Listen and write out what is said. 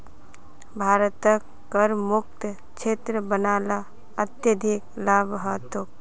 भारतक करमुक्त क्षेत्र बना ल अत्यधिक लाभ ह तोक